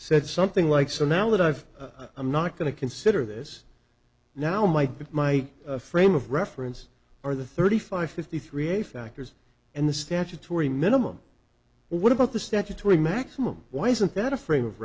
said something like so now that i've i'm not going to consider this now might be my frame of reference or the thirty five fifty three a factors and the statutory minimum what about the statutory maximum why isn't that a frame of